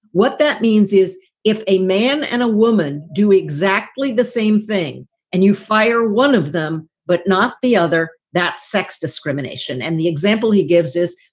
what that means is if a man and a woman do exactly the same thing and you fire one of them, but not the other, that's sex discrimination. and the example he gives us,